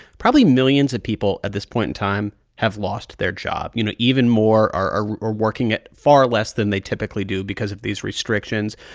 probably millions of people at this point in time have lost their job. you know, even more are are working at far less than they typically do because of these restrictions.